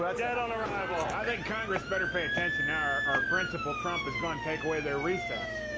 but dead on arrival. i think congress better pay attention now, or or principal trump is going take away their recess.